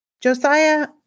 Josiah